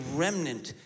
remnant